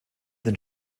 than